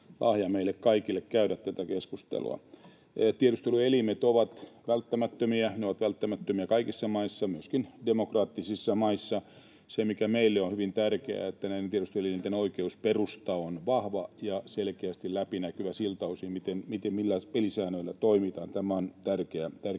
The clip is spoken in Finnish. lahja meille kaikille käydä tätä keskustelua. Tiedusteluelimet ovat välttämättömiä. Ne ovat välttämättömiä kaikissa maissa, myöskin demokraattisissa maissa. Se, mikä meille on hyvin tärkeää, on, että näiden tiedustelu-elinten oikeusperusta on vahva ja selkeästi läpinäkyvä siltä osin, millä pelisäännöillä toimitaan — tämä on tärkeä